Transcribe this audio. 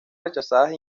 rechazadas